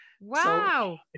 Wow